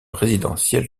résidentiel